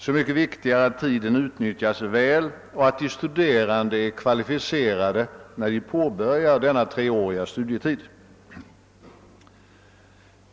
Så mycket viktigare att tiden utnyttjas väl och att de studerande är kvalificerade när de påbörjar denna treåriga studietid.